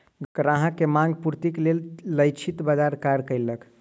ग्राहक के मांग पूर्तिक लेल लक्षित बाजार कार्य केलक